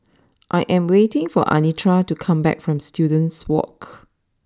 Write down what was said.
I am waiting for Anitra to come back from Students walk